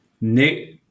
Nick –